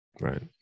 Right